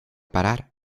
parar